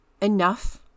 enough